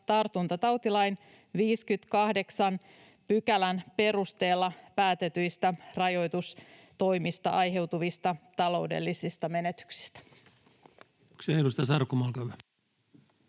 tartuntatautilain 58 §:n perusteella päätetyistä rajoitustoimista aiheutuvista taloudellisista menetyksistä.”